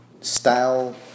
style